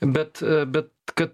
bet bet kad